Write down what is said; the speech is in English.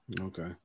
Okay